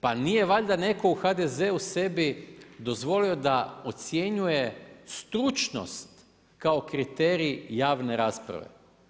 Pa nije valjda netko u HDZ-u sebi dozvolio da ocjenjuje stručnost, kao kriterij javne rasprave.